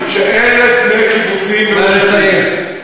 נא לסיים.